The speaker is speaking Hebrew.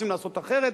רוצים לעשות אחרת,